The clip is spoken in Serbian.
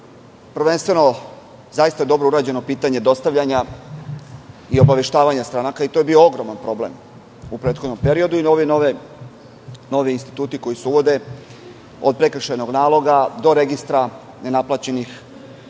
Prvenstveno, zaista je dobro urađeno pitanje dostavljanja i obaveštavanja stranaka i to je bio ogroman problem u prethodnom periodu i novi instituti koji se uvode, od prekršajnog naloga, do registra nenaplaćenih kazni.